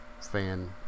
fan